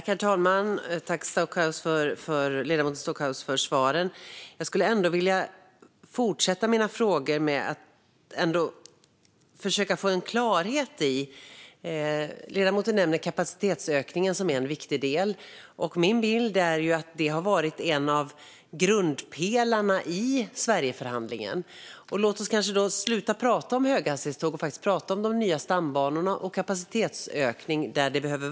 Herr talman! Tack för svaren, ledamoten Stockhaus! Jag vill ändå fortsätta med att försöka få klarhet. Ledamoten nämner kapacitetsökningen som en viktig del. Min bild är att det har varit en av grundpelarna i Sverigeförhandlingen. Låt oss då sluta prata om höghastighetståg och i stället prata om de nya stambanorna och kapacitetsökning där det behövs.